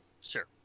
Sure